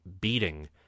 beating